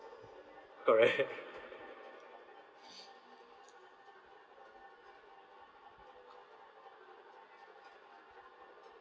correct